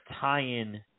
tie-in